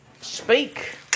speak